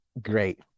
great